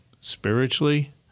spiritually